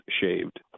shaved